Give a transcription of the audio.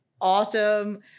awesome –